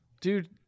Dude